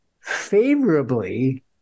favorably